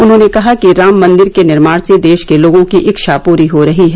उन्होंने कहा कि राम मन्दिर के निर्माण से देश के लोगों की इच्छा पूरी हो रही है